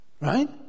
Right